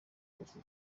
uko